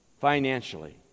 financially